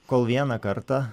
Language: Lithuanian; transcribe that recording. kol vieną kartą